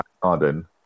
garden